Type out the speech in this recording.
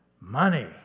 money